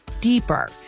deeper